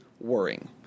worrying